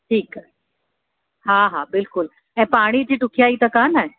ठीकु आहे हा हा बिल्कुलु ऐं पाणी जी ॾुखियाई त कोन आहे